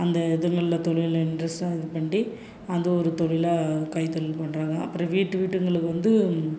அந்த இதுயெல்லாம் தொழிலென்று சொ இது பண்ணி அந்த ஒரு தொழிலாக கைத்தொழில் பண்ணுறாங்க அப்புறம் வீட்டு வீட்டுங்களுக்கு வந்து